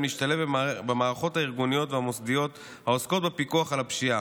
להשתלב במערכות הארגוניות והמוסדיות העוסקות בפיקוח על הפשיעה.